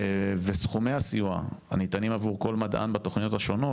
וסכומי הסיוע הניתנים לכל מדען בתוכניות השונות,